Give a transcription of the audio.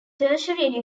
tertiary